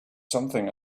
something